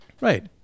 Right